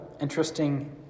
interesting